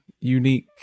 unique